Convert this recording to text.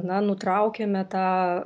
na nutraukėme tą